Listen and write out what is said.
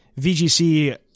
VGC